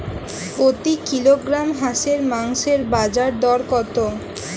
প্রতি কিলোগ্রাম হাঁসের মাংসের বাজার দর কত?